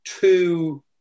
two